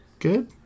good